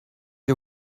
you